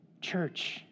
Church